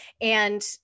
And-